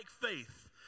faith